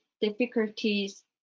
difficulties